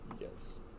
Yes